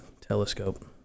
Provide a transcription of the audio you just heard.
telescope